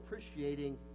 appreciating